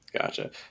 Gotcha